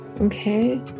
Okay